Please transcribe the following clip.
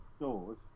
doors